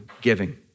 giving